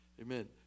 Amen